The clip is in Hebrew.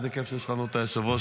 איזה כיף שיש לנו את היושב-ראש,